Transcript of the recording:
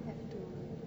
have to